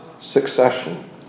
succession